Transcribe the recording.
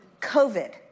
COVID